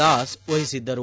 ದಾಸ್ ವಹಿಸಿದ್ದರು